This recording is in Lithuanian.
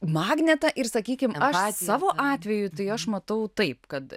magnetą ir sakykim aš savo atveju tai aš matau taip kad